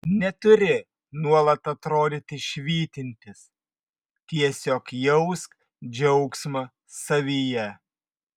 neturi nuolat atrodyti švytintis tiesiog jausk džiaugsmą savyje